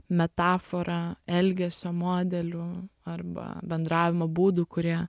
metafora elgesio modelių arba bendravimo būdų kurie